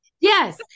Yes